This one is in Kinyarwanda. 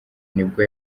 nibwo